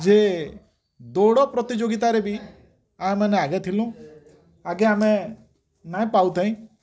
ଯେ ଦୌଡ଼ ପ୍ରତିଯୋଗିତାରେ ବି ଆ ମାନେ ଆଗେ ଥିଲୁ ଆଗେ ଆମେ ନା ପାଉଥାଇଁ